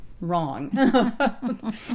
Wrong